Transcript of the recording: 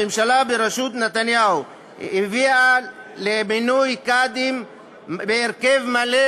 הממשלה בראשות נתניהו הביאה למינוי קאדים בהרכב מלא,